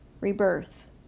rebirth